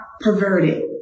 perverted